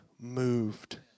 moved